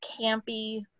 campy